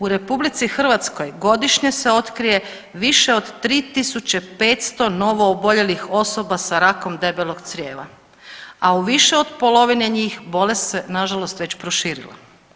U RH godišnje se otkrije više od 3.500 novooboljelih osoba sa rakom debelog crijeva, a u više od polovine njih bolest se nažalost već proširila.